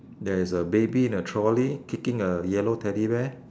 there is a baby in a trolley kicking a yellow teddy bear